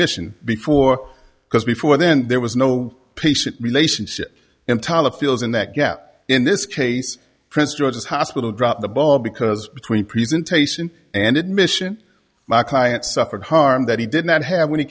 mission before because before then there was no patient relationship emtala feels in that gap in this case prince george's hospital dropped the ball because between presentation and admission my client suffered harm they he did not have when he